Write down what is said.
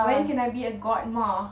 when can I be a godma